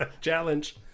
Challenge